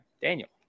Daniel